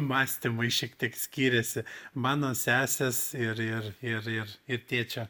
mąstymai šiek tiek skyrėsi mano sesės ir ir ir ir ir tėčio